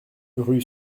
rue